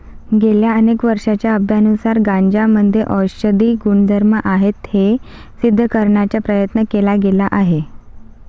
गेल्या अनेक वर्षांच्या अभ्यासानुसार गांजामध्ये औषधी गुणधर्म आहेत हे सिद्ध करण्याचा प्रयत्न केला गेला आहे